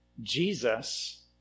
Jesus